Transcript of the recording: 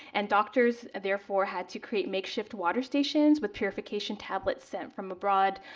and doctors, therefore, had to create makeshift water stations with purification tablets sent from abroad,